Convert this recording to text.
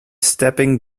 stepping